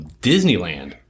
Disneyland